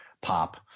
pop